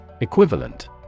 Equivalent